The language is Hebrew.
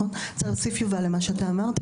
אני רוצה להוסיף למה שאמרת,